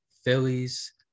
Phillies